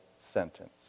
sentence